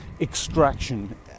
extraction